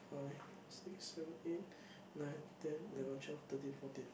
five six seven eight nine ten eleven twelve thriteen fourteen